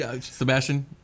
Sebastian